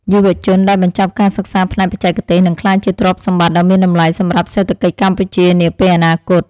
យុវជនដែលបញ្ចប់ការសិក្សាផ្នែកបច្ចេកទេសនឹងក្លាយជាទ្រព្យសម្បត្តិដ៏មានតម្លៃសម្រាប់សេដ្ឋកិច្ចកម្ពុជានាពេលអនាគត។